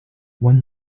one